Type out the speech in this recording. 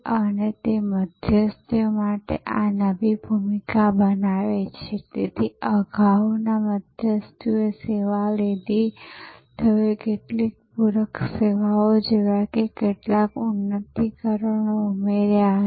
અને તે મધ્યસ્થીઓ માટે આ નવી ભૂમિકા બનાવે છે તેથી અગાઉના મધ્યસ્થીઓએ સેવા લીધી તેઓએ કેટલીક પૂરક સેવાઓ જેવા કેટલાક ઉન્નતીકરણો ઉમેર્યા હશે